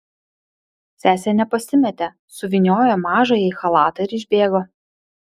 sesė nepasimėtė suvyniojo mažąją į chalatą ir išbėgo